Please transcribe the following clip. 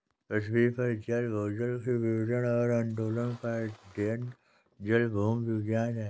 पृथ्वी पर जल भूजल के वितरण और आंदोलन का अध्ययन जलभूविज्ञान है